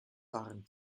waren